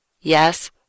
Yes